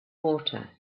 water